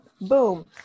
boom